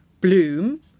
bloom